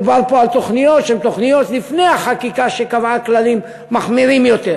מדובר פה על תוכניות שהן תוכניות לפני החקיקה שקבעה כללים מחמירים יותר.